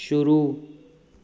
शुरू